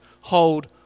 hold